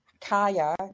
Kaya